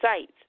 sites